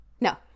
No